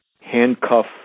handcuff